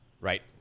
Right